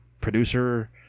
producer